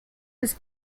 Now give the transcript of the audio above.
was